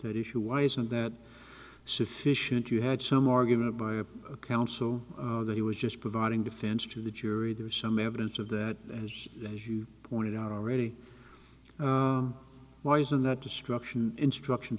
that issue why isn't that sufficient you had some argument by a counsel that he was just providing defense to the jury there some evidence of that as you pointed out already why isn't that destruction instruction